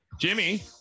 Jimmy